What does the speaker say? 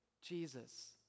Jesus